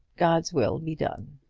god's will be done.